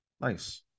Nice